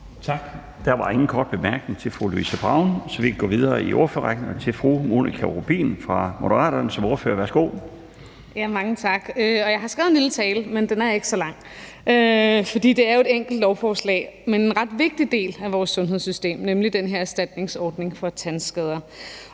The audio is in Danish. Tak. Der var ingen korte bemærkninger til fru Louise Brown, så vi kan gå videre i ordførerrækken til fru Monika Rubin fra Moderaterne som ordfører. Værsgo. Kl. 16:04 (Ordfører) Monika Rubin (M): Mange tak. Jeg har skrevet en lille tale, men den er ikke så lang, for det er jo et enkelt lovforslag, men en ret vigtig del af vores sundhedssystem, nemlig den her erstatningsordning for tandskader.